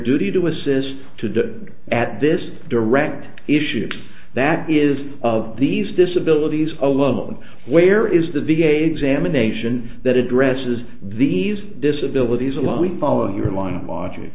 duty to assist to at this direct issues that is of these disability alone where is the v a s emanation that addresses these disabilities along with follow your line of logic